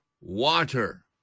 water